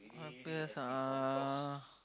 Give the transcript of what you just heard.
happiest ah uh